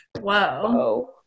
whoa